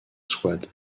souabe